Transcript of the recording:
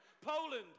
Poland